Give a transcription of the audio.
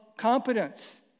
competence